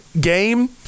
game